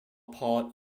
part